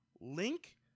Link